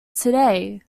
today